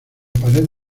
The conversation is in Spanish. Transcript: pared